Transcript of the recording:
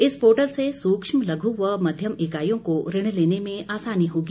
इस पोर्टल से सूक्ष्म लघु व मध्यम इकाईयों को ऋण लेने में आसाना होगी